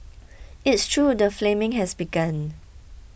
it's true the flaming has begun